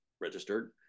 registered